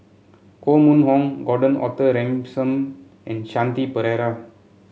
Koh Mun Hong Gordon Arthur Ransome and Shanti Pereira